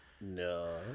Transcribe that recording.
No